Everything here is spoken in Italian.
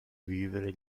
vivere